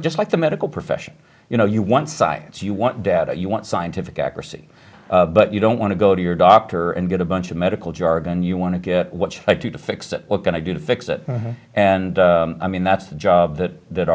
just like the medical profession you know you want science you want data you want scientific accuracy but you don't want to go to your doctor and get a bunch of medical jargon you want to get what you need to fix it we're going to do to fix it and i mean that's the job that that